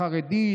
החרדית,